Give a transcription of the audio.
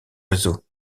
réseau